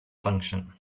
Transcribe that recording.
function